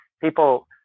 people